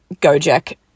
go-jack